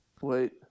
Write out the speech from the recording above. Wait